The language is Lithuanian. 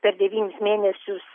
per devynis mėnesius